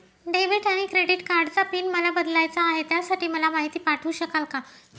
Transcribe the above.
Debit आणि credit कार्डचा PIN मला बदलायचा आहे, त्यासाठी मला माहिती पाठवू शकाल का?